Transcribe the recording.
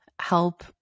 help